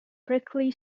prickly